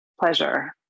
pleasure